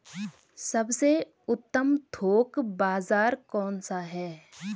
सबसे उत्तम थोक बाज़ार कौन सा है?